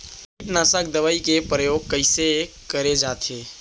कीटनाशक दवई के प्रयोग कइसे करे जाथे?